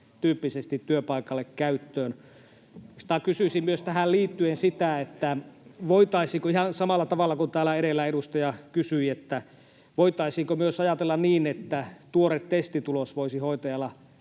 koronapassi työpaikalle käyttöön. Oikeastaan kysyisin myös tähän liittyen sitä, ihan samalla tavalla kuin täällä edellä edustaja kysyi, voitaisiinko myös ajatella niin, että tuore negatiivinen testitulos voisi hoitajalla